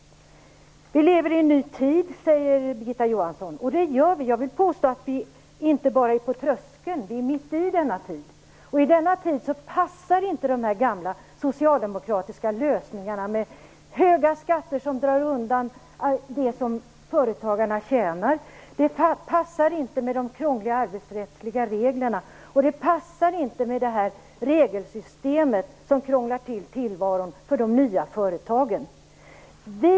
Vi lever i en ny tid, säger Birgitta Johansson, och det gör vi. Jag vill påstå att vi inte bara är på tröskeln utan mitt i denna tid. Och i denna tid passar inte de gamla socialdemokratiska lösningarna med höga skatter som drar undan det som företagarna tjänar. Det passar inte med de krångliga arbetsrättsliga reglerna, och det passar inte med det regelsystem som krånglar till tillvaron för de nya företagen.